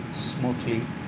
smoothly